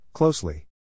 Closely